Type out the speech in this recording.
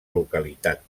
localitat